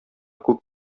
күк